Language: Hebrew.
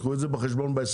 קחו את זה בחשבון בהסכם,